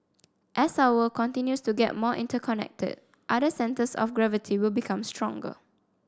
as our continues to get more interconnected other centres of gravity will become stronger